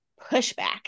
pushback